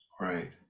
Right